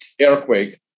earthquake